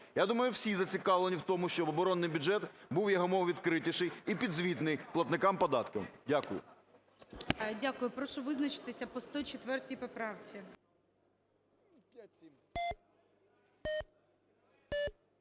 Я думаю, всі зацікавлені в тому, щоб оборонний бюджет був якомога відкритіший і підзвітний платникам податків. Дякую.